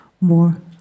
more